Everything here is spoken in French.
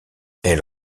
elle